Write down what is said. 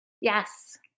yes